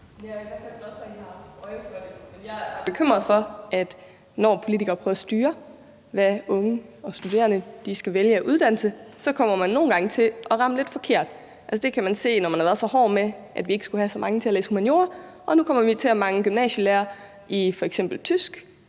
jeg er bekymret for, at når politikere prøver at styre, hvad unge og studerende skal vælge af uddannelse, så kommer man nogle gange til at ramme lidt forkert. Altså, det kan ses, når man har været så hård med, at vi ikke skulle have så mange til at læse humaniora, og nu kommer vi til at mangle gymnasielærere i f.eks. tysk